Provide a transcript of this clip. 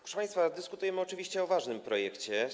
Proszę państwa, dyskutujemy oczywiście o ważnym projekcie.